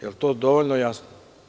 Je li to dovoljno jasno?